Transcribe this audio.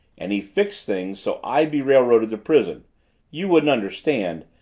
and he'd fixed things so i'd be railroaded to prison you wouldn't understand,